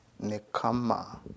Nekama